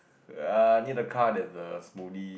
ah near the car there's the smoothie